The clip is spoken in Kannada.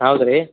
ಹೌದಾ ರೀ